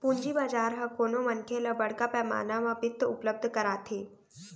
पूंजी बजार ह कोनो मनखे ल बड़का पैमाना म बित्त उपलब्ध कराथे